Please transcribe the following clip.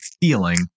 feeling